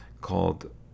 called